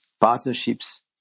partnerships